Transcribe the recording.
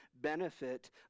benefit